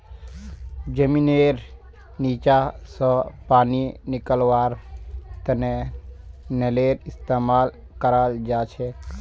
जमींनेर नीचा स पानी निकलव्वार तने नलेर इस्तेमाल कराल जाछेक